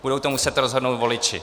Budou to muset rozhodnout voliči.